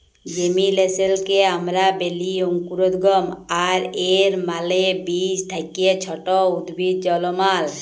জেমিলেসলকে আমরা ব্যলি অংকুরোদগম আর এর মালে বীজ থ্যাকে ছট উদ্ভিদ জলমাল